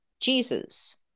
Jesus